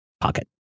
pocket